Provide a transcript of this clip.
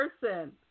person